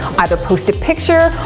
either post a picture,